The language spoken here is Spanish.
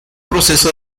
proceso